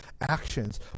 actions